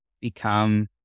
become